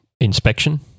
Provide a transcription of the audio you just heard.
inspection